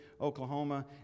Oklahoma